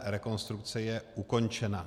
Rekonstrukce je ukončena.